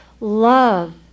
Love